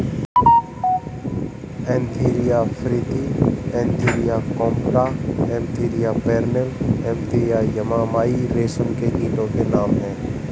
Antheraea frithi Antheraea compta Antheraea pernyi Antheraea yamamai रेशम के कीटो के नाम हैं